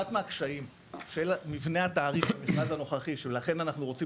אחד מהקשיים של מבנה התעריף מבחינת הנוכחי שלכן אנחנו רוצים